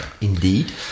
indeed